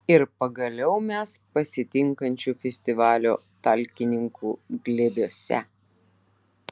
ir pagaliau mes pasitinkančių festivalio talkininkų glėbiuose